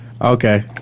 Okay